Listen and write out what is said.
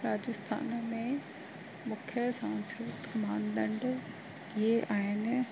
राजस्थान में मुख्य सांस्कृतिक मान दंड इहे आहिनि